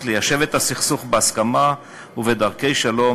ליישב את הסכסוך בהסכמה ובדרכי שלום,